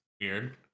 weird